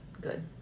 good